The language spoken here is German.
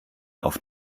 auf